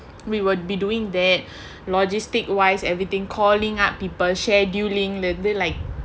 we would be doing that logistic wise everything calling up people scheduling that they like